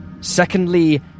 Secondly